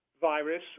virus